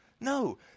No